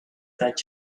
that